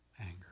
anger